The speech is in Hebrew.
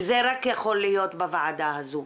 וזה רק יכול להיות בוועדה הזו,